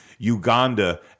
Uganda